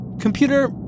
Computer